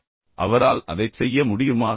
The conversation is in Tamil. எனவே அவரால் அதைச் செய்ய முடியுமா